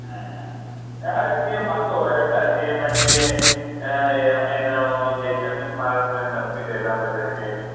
आ ती म्हाका खबर आसा ती म्हाजी हे आमी न्हू इंजेक्शन बीन मारून बीन मात्शी करता मेरे तें